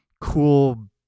cool